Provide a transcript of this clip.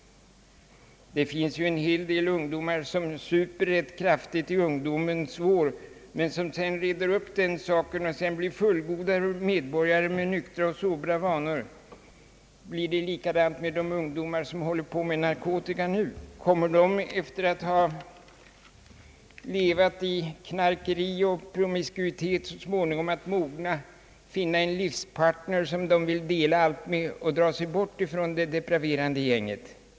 Det finns ju en hel del ungdomar, som super rätt kraftigt i ungdomens vår men som sedan reder upp det problemet och blir fullgoda medborgare med nyktra och sobra vanor. Går det likadant för de ungdomar som nu håller på med narkotika? Kommer de efter att ha levat i knarkeri och promiskuitet att så småningom mogna, finna en livspartner som de vill dela allt med och dra sig bort från det depraverande gänget?